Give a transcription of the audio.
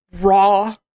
raw